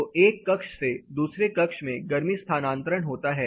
तो एक कक्ष से दूसरे कक्ष में गर्मी स्थानांतरण होता है